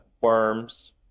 worms